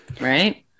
Right